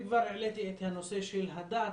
וכבר העליתי את הנושא של הדת,